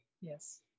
Yes